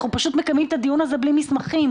אנחנו פשוט מקיימים את הדיון הזה בלי מסמכים.